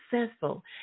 successful